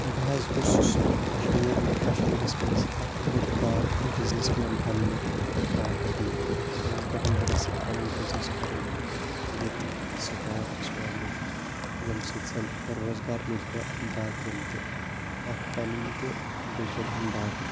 بہٕ حظ اوسُس کَشمیٖر کَشمیٖرَس منٛز اَکھ بوٚڈ بارٕ بِزنِس مین بَنٕنُک خَوٲہِش مَنٛد بہٕ اوسُس دَپان بہٕ گَژھا پَنُن بِزنِس کَرُن ییٚتہِ سِٹاٹ اِسٹیبلِش ییٚمہِ سٍتۍ زَن روزگار میلہِ ہے باقِیَن تہِ اَکھ پَنُن تہٕ بیٚیہِ چَلہین باقٕے تہِ